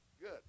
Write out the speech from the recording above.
Good